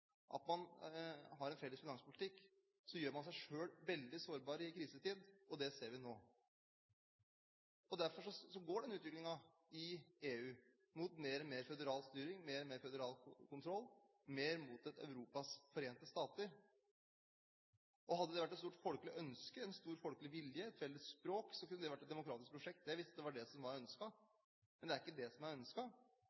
at man har en felles finanspolitikk, gjør man seg selv veldig sårbar i krisetid, og det ser vi nå. Derfor går denne utviklingen i EU mot mer og mer føderal styring, mer og mer føderal kontroll og mer mot et Europas forente stater. Hadde det vært et stort folkelig ønske, en stor folkelig vilje eller et felles språk, kunne det vært et demokratisk prosjekt – hvis det var det som var